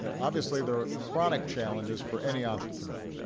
obviously there are chronic challenges for any entrepreneur.